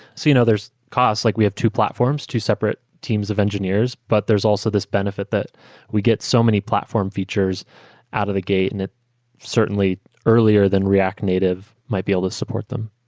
so you know costs, like we have two platforms, two separate teams of engineers. but there's also this benefit that we get so many platform features out of the gate, and ah certainly earlier than react native might be able to support them.